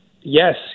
Yes